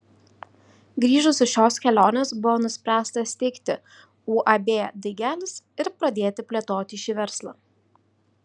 grįžus iš šios kelionės buvo nuspręsta steigti uab daigelis ir pradėti plėtoti šį verslą